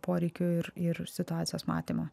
poreikių ir ir situacijos matymą